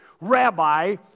rabbi